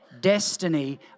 destiny